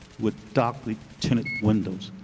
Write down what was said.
with darkly tinted windows.